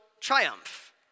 triumph